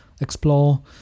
explore